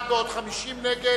נגד,